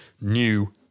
new